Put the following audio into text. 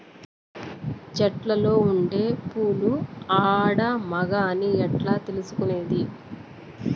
చెట్టులో ఉండే పూలు ఆడ, మగ అని ఎట్లా తెలుసుకునేది?